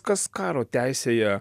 kas karo teisėje